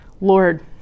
Lord